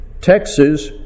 Texas